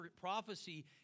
prophecy